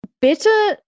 better